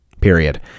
period